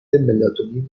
ملاتونین